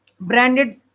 branded